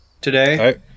today